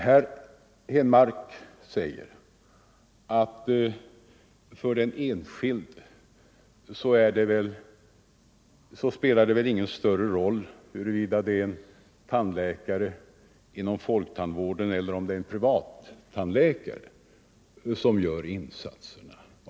Herr Henmark menade, om jag förstod honom rätt, att det för den enskilde inte spelar någon större roll om det är en tandläkare inom folktandvården eller en privattandläkare som gör insatserna.